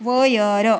वयर